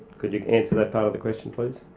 could you answer that part of the question please?